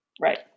Right